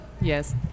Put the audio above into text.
Yes